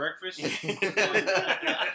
breakfast